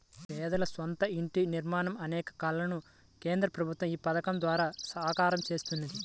పేదల సొంత ఇంటి నిర్మాణం అనే కలను కేంద్ర ప్రభుత్వం ఈ పథకం ద్వారా సాకారం చేస్తున్నది